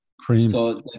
cream